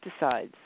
pesticides